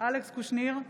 אלכס קושניר,